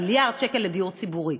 מיליארד שקל לדיור ציבורי.